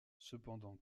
cependant